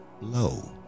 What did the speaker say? Low